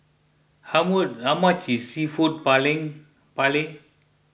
how more how much is Seafood Paella